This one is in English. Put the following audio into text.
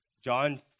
John